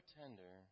tender